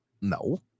No